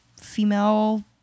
female